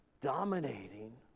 dominating